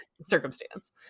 circumstance